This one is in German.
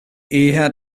eher